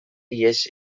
ihes